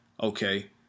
okay